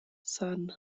son